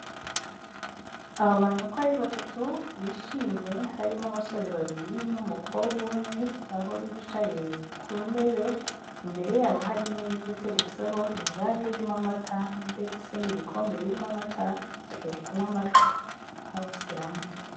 Aba bantu uko ari batatu bishimye, harimo abasore babiri n'umukobwa umwe, aho bicaye ku ntebe imbere yabo hari imeza iteretseho ijage irimo amata ndetse n'ibikombe birimo amata bari kunywa amata bose hamwe.